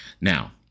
now